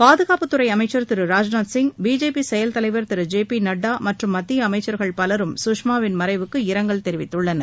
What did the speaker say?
பாதுகாப்புத்துறை அமைச்சர் திரு ராஜ்நாத்சிங் பிஜேபி செயல் தலைவர் திரு ஜே பி நட்டா மற்றும் மத்திய அமைச்சர்கள் பலரும் சுஷ்மாவின் மறைவுக்கு இரங்கல் தெரிவித்துள்ளனர்